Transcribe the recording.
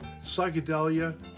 psychedelia